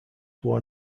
wore